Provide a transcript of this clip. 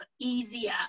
easier